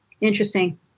interesting